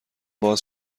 باز